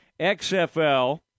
XFL